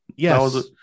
Yes